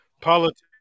Politics